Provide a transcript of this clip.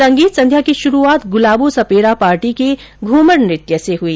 संगीत संध्या की शुरूआत गुलाबो सपेरा पार्टी के धूमर नृत्य से हुई